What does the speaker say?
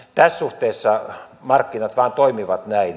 tässä suhteessa markkinat vain toimivat näin